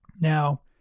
Now